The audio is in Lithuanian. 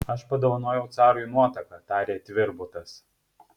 aš padovanojau carui nuotaką tarė tvirbutas